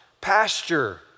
pasture